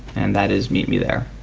and that is meet me there.